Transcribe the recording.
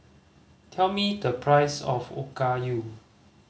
tell me the price of Okayu